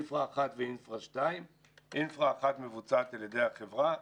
infra 1 ו-infra 2. Infra 1 מבוצעת על ידי החברה,